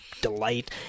delight